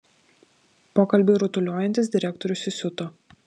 pokalbiui rutuliojantis direktorius įsiuto